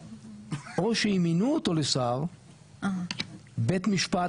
או שאם מינו אותו לשר בית משפט,